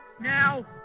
Now